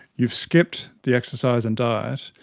you've skipped the exercise and diet,